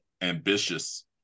ambitious